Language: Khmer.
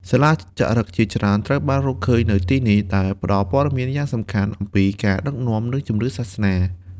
សិលាចារឹកជាច្រើនត្រូវបានរកឃើញនៅទីនេះ ដែលផ្តល់ព័ត៌មានយ៉ាងសំខាន់អំពីការដឹកនាំ និងជំនឿសាសនា។